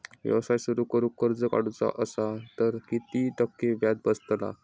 व्यवसाय सुरु करूक कर्ज काढूचा असा तर किती टक्के व्याज बसतला?